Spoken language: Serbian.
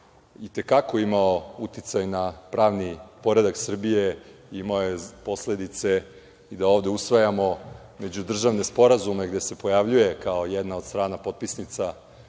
i te kako imao uticaj na pravni predak Srbije, imao je posledice i da ovde usvajamo međudržavne sporazume, gde se pojavljuje kao jedna od strana potpisnica